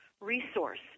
resource